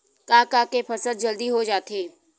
का का के फसल जल्दी हो जाथे?